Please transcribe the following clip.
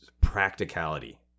practicality